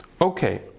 Okay